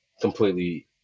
completely